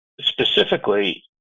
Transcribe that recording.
specifically